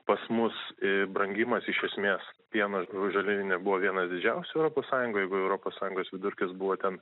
pas mus e brangimas iš esmės pieno žaliavinė buvo vienas didžiausių europos sąjungoje jeigu europos sąjungos vidurkis buvo ten